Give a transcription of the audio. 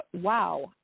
wow